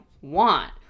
want